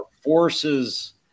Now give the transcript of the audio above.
forces